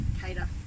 cater